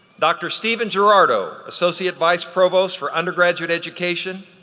dr. steven girardot, associate vice provost for undergraduate education,